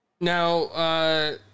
Now